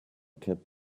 kept